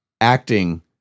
acting